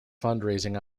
fundraising